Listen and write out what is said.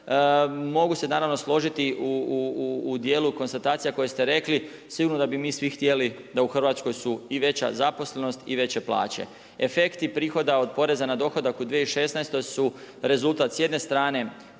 mogu se naravno složiti u dijelu konstatacija koje ste rekli, sigurno da bi mi svi htjeli da u Hrvatskoj su i veća zaposlenost i veće plaće. Efekti prihoda od poreza na dohodak u 2016. su rezultat s jedne strane